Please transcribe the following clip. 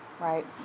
right